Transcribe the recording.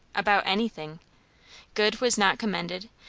about anything good was not commended,